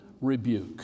Rebuke